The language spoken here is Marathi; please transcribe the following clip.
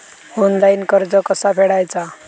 ऑनलाइन कर्ज कसा फेडायचा?